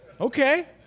okay